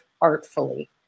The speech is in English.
artfully